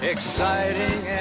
Exciting